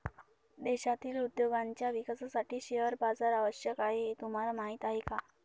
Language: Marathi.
देशातील उद्योगांच्या विकासासाठी शेअर बाजार आवश्यक आहे हे तुम्हाला माहीत आहे का?